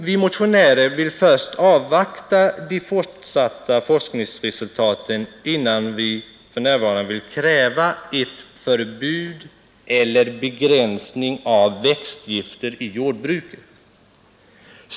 Vi motionärer vill avvakta de fortsatta forskningsresultaten innan vi vill kräva ett förbud mot eller begränsning av användningen av växtgifter i jordbruket.